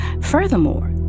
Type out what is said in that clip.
Furthermore